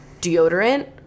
deodorant